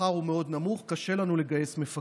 השכר הוא מאוד נמוך, קשה לנו לגייס מפקחים,